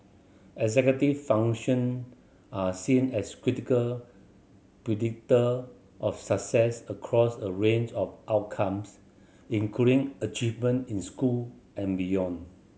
executive function are seen as critical predictor of success across a range of outcomes including achievement in school and beyond